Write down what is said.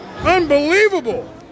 unbelievable